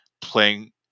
playing